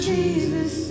Jesus